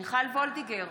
מיכל וולדיגר,